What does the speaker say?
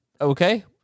Okay